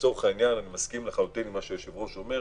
אני מסכים לחלוטין עם מה שהיושב-ראש אומר,